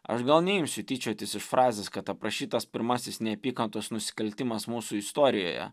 aš gal neimsiu tyčiotis iš frazės kad aprašytas pirmasis neapykantos nusikaltimas mūsų istorijoje